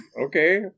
okay